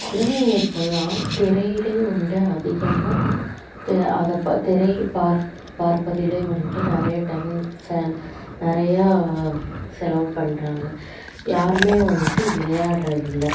குழந்தைங்க இப்போல்லாம் திரையிலே வந்துடு அதிகமாக தி அதை ப திரையை பார்ப் பார்ப்பதிலே வந்துட்டு நிறைய டைம் செல் நிறையா செலவு பண்ணுறாங்க யாருமே வந்துட்டு விளையாடுகிறது இல்லை